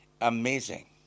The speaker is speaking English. amazing